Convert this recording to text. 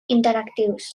interactius